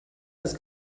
als